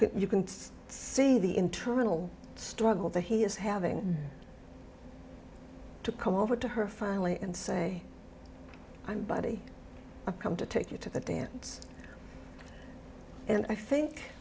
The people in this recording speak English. can you can see the internal struggle that he is having to come over to her family and say i'm buddy come to take you to the dance and i think